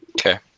Okay